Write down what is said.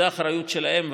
זו אחריות שלהם,